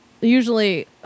usually